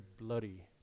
bloody